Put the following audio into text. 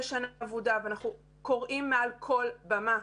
שנה אבודה ואנחנו קוראים מעל כל במה,